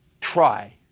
try